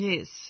Yes